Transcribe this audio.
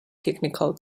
technical